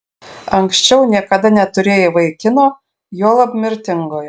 anksčiau niekada neturėjai vaikino juolab mirtingojo